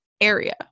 area